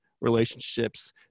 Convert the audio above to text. relationships